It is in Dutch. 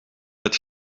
het